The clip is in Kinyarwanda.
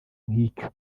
nk’icyo